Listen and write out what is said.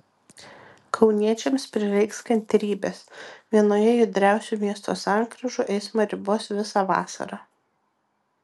kauniečiams prireiks kantrybės vienoje judriausių miesto sankryžų eismą ribos visą vasarą